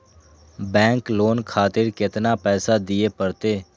Bank loan खातीर केतना पैसा दीये परतें?